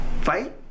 Fight